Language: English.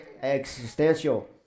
existential